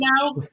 now